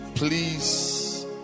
Please